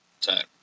time